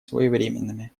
своевременными